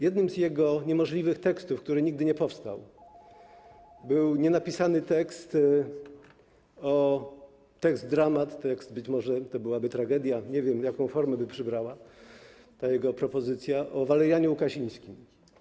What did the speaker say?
Jednym z jego niemożliwych tekstów, który nigdy nie powstał, był nienapisany tekst, dramat, być może to byłaby tragedia, nie wiem, jaką formę by przybrała ta jego propozycja - o Walerianie Łukasińskim.